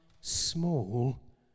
small